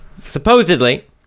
supposedly